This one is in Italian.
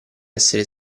essere